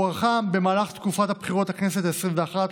הוארכה במהלך תקופות הבחירות לכנסת העשרים-ואחת,